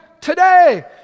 today